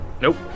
Nope